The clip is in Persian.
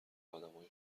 آدمای